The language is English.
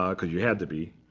um because you had to be.